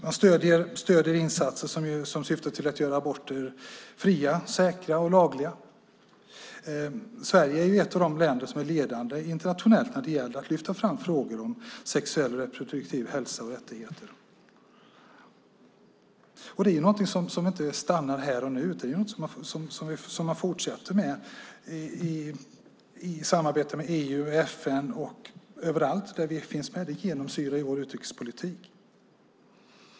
Man stöder insatser som syftar till att göra aborter fria, säkra och lagliga. Sverige är ett av de länder som är ledande internationellt när det gäller att lyfta fram frågor om sexuell reproduktiv hälsa och rättigheter. Det är något som inte stannar här och nu utan något man fortsätter med i samarbetet med EU, FN och överallt där Sverige finns med. Det genomsyrar vår utrikespolitik.